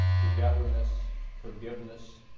togetherness, forgiveness,